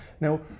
Now